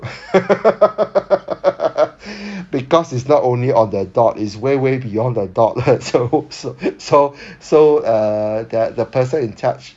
because it's not only on the dot it's way way beyond the dot so so so so err that the person in-charge